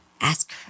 ask